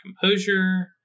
composure